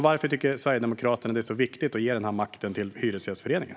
Varför tycker Sverigedemokraterna att det är så viktigt att ge denna makt till Hyresgästföreningen?